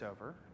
over